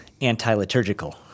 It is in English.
anti-liturgical